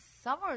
summer